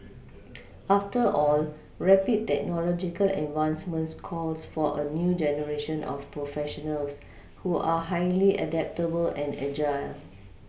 after all rapid technological advancements calls for a new generation of professionals who are highly adaptable and agile